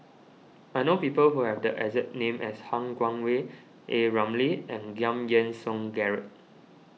I know people who have the exact name as Han Guangwei A Ramli and Giam Yean Song Gerald